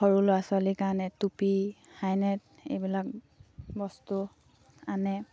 সৰু ল'ৰা ছোৱালী কাৰণে টুপি হাইনেক এইবিলাক বস্তু আনে